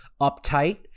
uptight